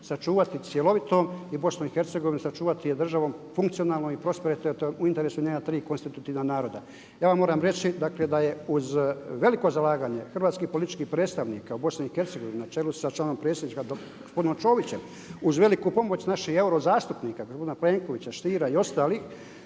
sačuvati cjelovitom i BiH-a sačuvati je državom funkcionalnom i prosperitetnom u interesu njena tri konstitutivna naroda. Ja vam moram reći dakle da je uz veliko zalaganje hrvatskih političkih predstavnika u BiH na čelu sa članom predsjedništva gospodinom Ćovićem, uz veliku pomoć naših euro zastupnika gospodina Plenkovića, Stiera i ostalih